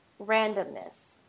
randomness